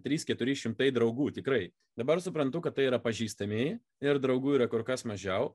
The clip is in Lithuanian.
trys keturi šimtai draugų tikrai dabar suprantu kad tai yra pažįstami ir draugų yra kur kas mažiau